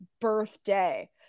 birthday